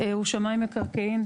הוא שמאי מקרקעין.